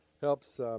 helps